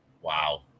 Wow